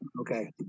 Okay